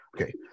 okay